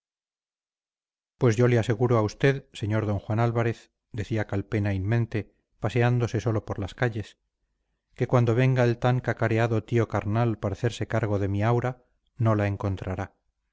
pues yo le aseguro a usted sr d juan álvarez decía calpena in mente paseándose solo por las calles que cuando venga el tan cacareado tío carnal para hacerse cargo de mi aura no la encontrará